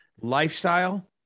lifestyle